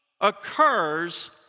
occurs